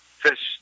fish